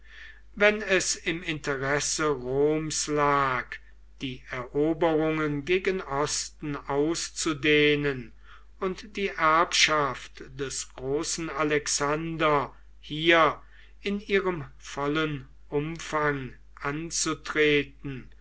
wenn es im interesse roms lag die eroberungen gegen osten auszudehnen und die erbschaft des großen alexander hier in ihrem vollen umfang anzutreten